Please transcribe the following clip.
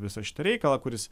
visą šitą reikalą kuris